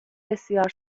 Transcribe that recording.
بسیار